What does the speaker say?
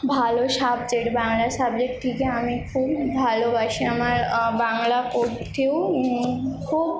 ভালো সাবজেক্ট বাংলা সাবজেক্টটিকে আমি খুব ভালোবাসি আমার বাংলা পড়তেও খুব